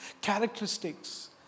characteristics